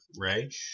right